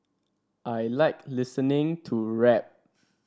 I like listening to rap